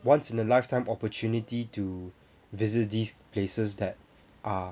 once in a lifetime opportunity to visit these places that are